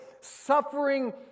Suffering